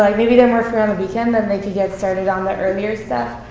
like maybe they're more free on the weekend, then they could get started on the earlier stuff,